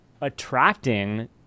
attracting